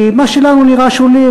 כי מה שלנו נראה שולי,